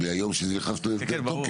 ביום שזה נכנס לתוקף.